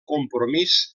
compromís